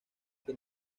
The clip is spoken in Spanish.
que